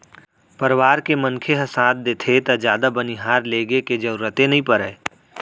परवार के मनखे ह साथ देथे त जादा बनिहार लेगे के जरूरते नइ परय